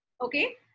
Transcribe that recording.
Okay